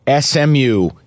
SMU